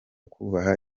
kubaha